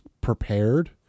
prepared